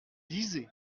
lisait